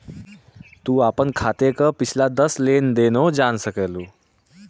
तू आपन खाते क पिछला दस लेन देनो जान सकलू